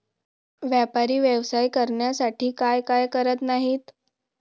व्यापारी व्यवसाय वाढवण्यासाठी काय काय करत नाहीत